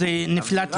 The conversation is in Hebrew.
אני רק אתקן